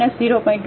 1છે